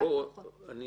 האם